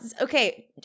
Okay